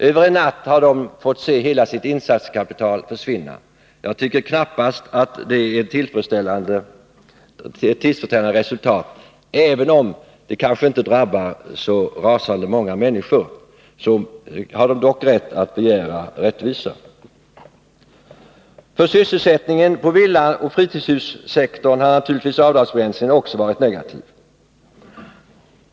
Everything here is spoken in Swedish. Över en natt har de fått se hela sitt insatskapital försvinna. Jag tycker att det knappast är ett tillfredsställande resultat. Även om det kanske inte drabbar så rasande många människor, har dessa människor dock rätt att begära rättvisa. För sysselsättningen på villaoch fritidshussektorn har naturligtvis avdragsbegränsningen varit negativ.